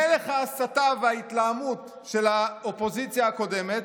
מלך ההסתה וההתלהמות של האופוזיציה הקודמת,